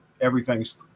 everything's –